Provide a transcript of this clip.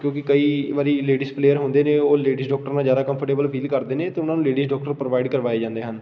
ਕਿਉਂਕਿ ਕਈ ਵਾਰੀ ਲੇਡੀਜ਼ ਪਲੇਅਰ ਹੁੰਦੇ ਨੇ ਉਹ ਲੇਡੀਜ਼ ਡੋਕਟਰ ਨਾਲ ਜ਼ਿਆਦਾ ਕੰਫਰਟੇਬਲ ਫੀਲ ਕਰਦੇ ਨੇ ਅਤੇ ਉਹਨਾਂ ਨੂੰ ਲੇਡੀਜ਼ ਡੋਕਟਰ ਪ੍ਰੋਵਾਈਡ ਕਰਵਾਏ ਜਾਂਦੇ ਹਨ